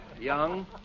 Young